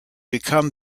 become